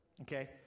Okay